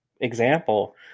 example